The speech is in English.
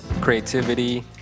creativity